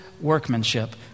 workmanship